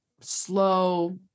slow